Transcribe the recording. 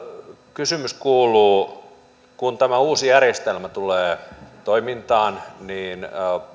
kysymys kuuluu kun tämä uusi järjestelmä tulee toimintaan niin